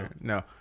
No